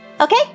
Okay